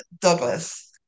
Douglas